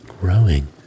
growing